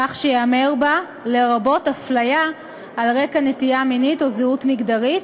כך שייאמר בה: לרבות הפליה על רקע נטייה מינית או זהות מגדרית,